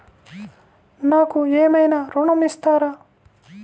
నాకు ఏమైనా ఋణం ఇస్తారా?